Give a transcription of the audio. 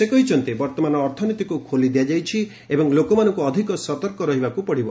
ସେ କହିଛନ୍ତି ବର୍ତମାନ ଅର୍ଥନୀତିକୁ ଖୋଲି ଦିଆଯାଇଛି ଏବଂ ଲୋକମାନଙ୍କୁ ଅଧିକ ସତର୍କ ରହିବାକୁ ପଡିବ